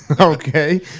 okay